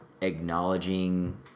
acknowledging